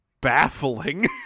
baffling